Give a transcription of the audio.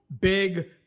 big